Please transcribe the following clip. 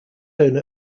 owner